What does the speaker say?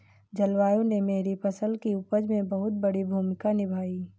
जलवायु ने मेरी फसल की उपज में बहुत बड़ी भूमिका निभाई